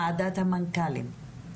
ועדת המנכ"לים,